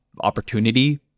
opportunity